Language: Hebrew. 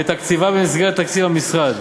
ואת תקציביו, במסגרת תקציב המשרד.